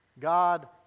God